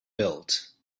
built